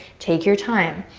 take your time.